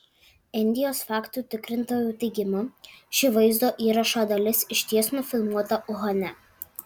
indijos faktų tikrintojų teigimu ši vaizdo įrašo dalis išties nufilmuota uhane